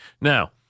Now